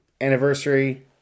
anniversary